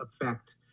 affect